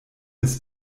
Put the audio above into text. bis